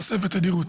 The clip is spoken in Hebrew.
תוספת תדירות.